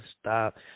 stop